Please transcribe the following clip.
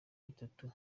bitatu